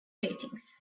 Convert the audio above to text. ratings